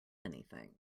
anything